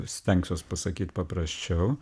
stengsiuos pasakyt paprasčiau